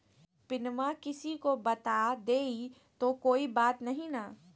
पिनमा किसी को बता देई तो कोइ बात नहि ना?